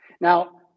now